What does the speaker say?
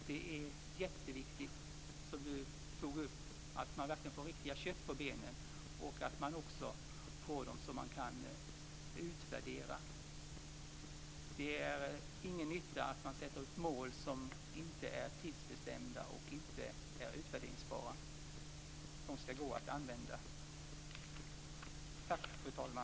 Det är jätteviktigt att man, som Göte Jonsson framhöll, verkligen får kött på benen när det gäller delmålen och att det blir möjligt att utvärdera dem. Det är ingen nytta med att sätta upp mål som inte är tidsbestämda och som inte är utvärderingsbara.